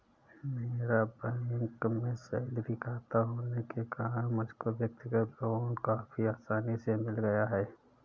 मेरा बैंक में सैलरी खाता होने के कारण मुझको व्यक्तिगत लोन काफी आसानी से मिल गया